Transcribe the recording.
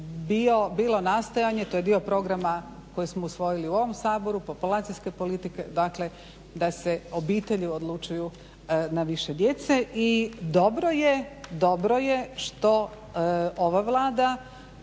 bilo nastojanje, to je dio programa koji smo usvojili u ovom Saboru, populacijske politike dakle da se obitelji odlučuju na više djece. I dobro je, dobro je što ova Vlada